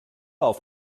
auf